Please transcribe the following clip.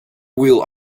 wheel